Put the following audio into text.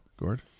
Gord